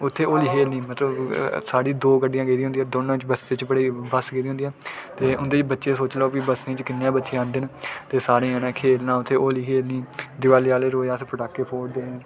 उत्थें होली खेढनी मतलब साढ़ी दो गड्डियां गेदियां होंदियां दौनें बस्सें च बड़ी बस गेदियां होंदियां ते उं'दे बच्चे सोची लैओ की बस्सें च किन्ने बच्चे आंदे ते सारें जनें खेढना ते होली खेढनी दिवाली आह्ले रोज़ अस पटाके फोड़ने